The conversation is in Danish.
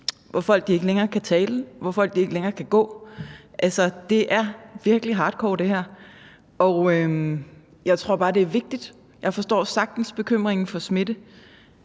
hvor folk ikke længere kan tale, hvor folk ikke længere kan gå. Det her er virkelig hardcore. Jeg forstår sagtens bekymringen for smitte.